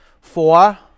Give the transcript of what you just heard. Four